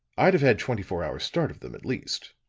i'd have had twenty-four hours start of them, at least.